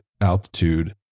altitude